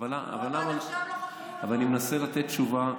אבל אני מנסה לתת תשובה,